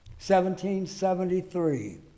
1773